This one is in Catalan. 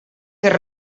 fer